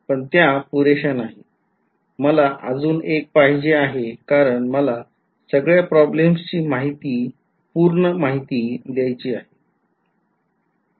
पण त्या पुरेश्या नाही मला अजून एक पाहिजे आहे कारण मला सगळ्या प्रॉब्लेमची पूर्ण माहिती द्यायची आहे